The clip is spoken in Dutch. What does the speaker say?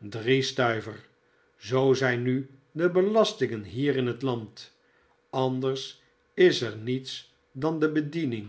drie stuiver zoo zijn nu de belastingen hier in het land anders is er niets dan de bediening